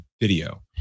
video